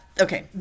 okay